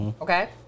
Okay